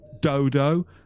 Dodo